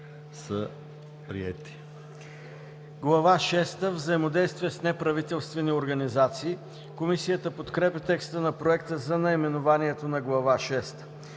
„Глава шеста – Взаимодействие с неправителствени организации“. Комисията подкрепя текста на проекта за наименованието на Глава